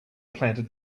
planted